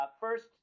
first